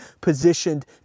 positioned